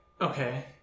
Okay